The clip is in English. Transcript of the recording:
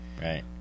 Right